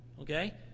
Okay